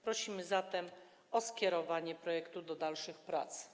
Prosimy zatem o skierowanie projektu do dalszych prac.